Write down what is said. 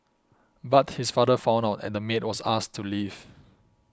but his father found out and the maid was asked to leave